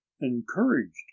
Encouraged